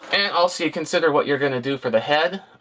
and also consider what you're going to do for the head.